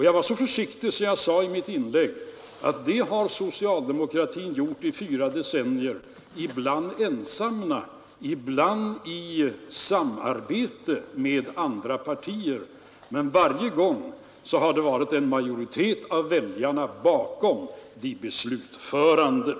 Jag var så försiktig i mitt inlägg att jag sade, att det har det socialdemokratiska partiet gjort i fyra decennier, ibland ensamt, ibland i samarbete med andra partier, men varje gång har det varit en majoritet av väljarna bakom de beslutförande.